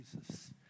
Jesus